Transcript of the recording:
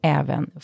även